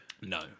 No